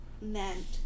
meant